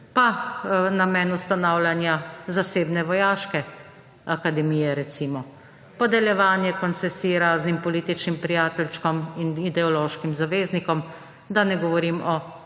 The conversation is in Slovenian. Pa namen ustanavljanja zasebne vojaške akademije, recimo. Podeljevanje koncesij raznim političnim prijateljčkom in ideološkim zaveznikom, da ne govorim o